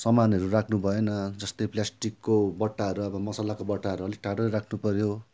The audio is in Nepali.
सामानहरू राख्नु भएन जस्तै प्लास्टिकको बट्टाहरू अब मसलाको बट्टाहरू अलिक टाडै राख्नु पऱ्यो